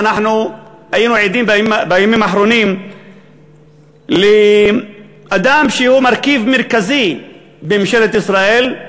אנחנו היינו עדים בימים האחרונים לאדם שהוא מרכיב מרכזי בממשלת ישראל,